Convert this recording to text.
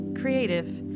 creative